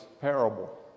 parable